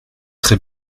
très